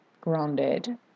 grounded